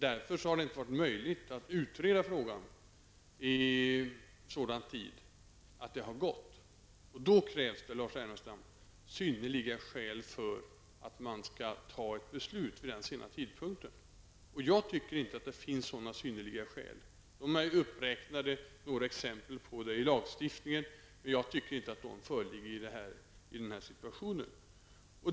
Därför har det inte varit möjligt att utreda frågan i sådan tid att det har gått att genomföra denna förändring. Då krävs det, Lars Ernestam, synnerliga skäl för att man skall fatta ett beslut vid en sådan tidpunkt. Jag tycker inte att det finns sådana synnerliga skäl. Några exempel ur lagstiftningen har räknats upp. Jag tycker inte att de föreligger i den här situationen.